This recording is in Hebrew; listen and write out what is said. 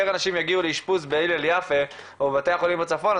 אנשים יגיעו לאשפוז בהלל יפה או בבתי החולים בצפון,